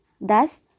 Thus